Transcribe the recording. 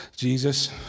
Jesus